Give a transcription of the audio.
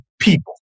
people